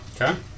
okay